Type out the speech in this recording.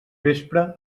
vespre